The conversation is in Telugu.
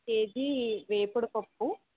కేజీ వేపుడు పప్పు